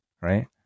right